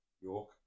York